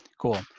Cool